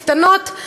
קטנות,